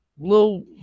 Little